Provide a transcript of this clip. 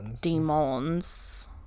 demons